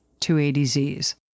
280Zs